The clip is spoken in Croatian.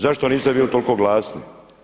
Zašto niste bili toliko glasni?